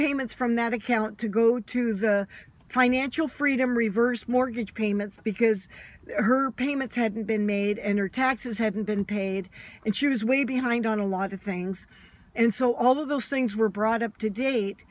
payments from that account to go to the financial freedom reverse mortgage payments because her payments hadn't been made and her taxes hadn't been paid and she was way behind on a lot of things and so all of those things were brought up to date